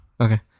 okay